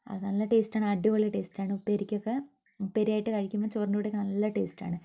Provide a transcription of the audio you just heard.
അത് നല്ല ടേസ്റ്റാണ് അടിപൊളി ടേസ്റ്റാണ് ഉപ്പേരിക്കൊക്കെ ഉപ്പേരിയായിട്ട് കഴിക്കുമ്പോൾ ചോറിൻ്റെ കൂടെയൊക്കെ നല്ല ടേസ്റ്റാണ്